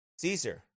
Caesar